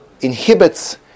inhibits